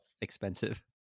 expensive